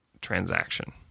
transaction